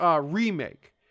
remake